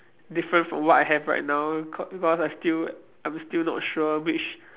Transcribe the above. different from what I have right now cause because I'm still I'm still not sure which